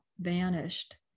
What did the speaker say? vanished